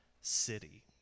city